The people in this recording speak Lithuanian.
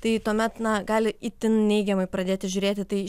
tai tuomet na gali itin neigiamai pradėti žiūrėti tai